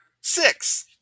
six